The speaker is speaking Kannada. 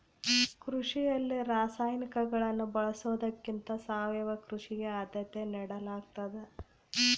ಕೃಷಿಯಲ್ಲಿ ರಾಸಾಯನಿಕಗಳನ್ನು ಬಳಸೊದಕ್ಕಿಂತ ಸಾವಯವ ಕೃಷಿಗೆ ಆದ್ಯತೆ ನೇಡಲಾಗ್ತದ